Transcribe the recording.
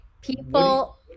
People